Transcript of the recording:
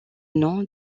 nom